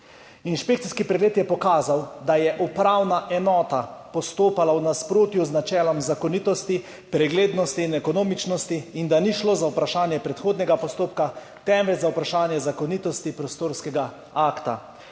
Inšpekcijski pregled je pokazal, da je upravna enota postopala v nasprotju z načelom zakonitosti, preglednosti in ekonomičnosti in da ni šlo za vprašanje predhodnega postopka, temveč za vprašanje zakonitosti prostorskega akta.